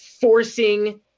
forcing